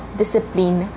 discipline